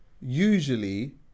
usually